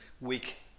week